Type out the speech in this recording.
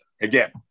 Again